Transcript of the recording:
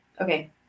okay